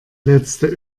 letzte